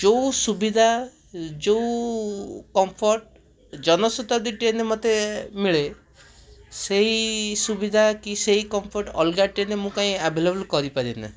ଯେଉଁ ସୁବିଧା ଯେଉଁ କମ୍ଫୋର୍ଟ ଜନଶତାବ୍ଦୀ ଟ୍ରେନ ରେ ମୋତେ ମିଳେ ସେଇ ସୁବିଧା କି ସେଇ କମ୍ଫୋର୍ଟ ଅଲଗା ଟ୍ରେନ ରେ ମୁଁ କାଇଁ ଆଭେଲେବୁଲ କରିପାରେ ନାହିଁ